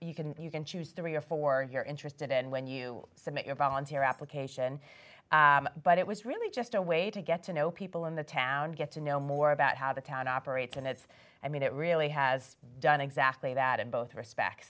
you can you can choose three or four you're interested in when you submit your volunteer application but it was really just a way to get to know people in the town get to know more about how the town operates and it's i mean it really has done exactly that in both respect